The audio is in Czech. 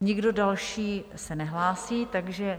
Nikdo další se nehlásí, takže...